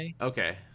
Okay